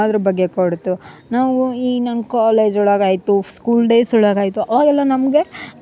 ಅದ್ರ ಬಗ್ಗೆ ಕೊಡ್ತು ನಾವು ಈ ನನ್ನ ಕಾಲೇಜ್ ಒಳಗಾಯಿತು ಸ್ಕೂಲ್ ಡೇಸ್ ಒಳಗಾಯಿತು ಅವರೆಲ್ಲ ನಮಗೆ